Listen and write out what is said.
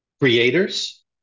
creators